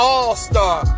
All-Star